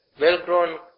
well-grown